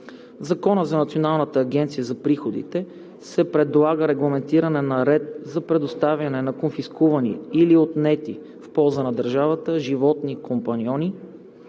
Закона за Националната агенция за приходите се предлага регламентирането на ред за предоставяне на конфискувани или отнети в полза на държавата животни-компаньони